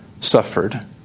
suffered